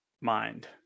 mind